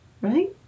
Right